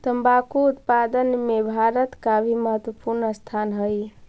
तंबाकू उत्पादन में भारत का भी महत्वपूर्ण स्थान हई